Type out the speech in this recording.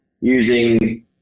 using